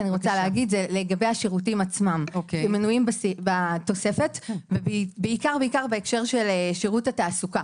לגבי השירותים עצמם שמנויים בתוספת ובעיקר בהקשר של שירות התעסוקה.